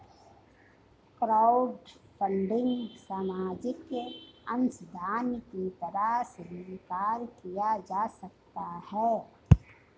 crowdfunding सामाजिक अंशदान की तरह स्वीकार किया जा सकता है